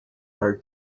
are